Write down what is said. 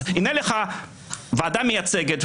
אז הנה לך ועדה מייצגת,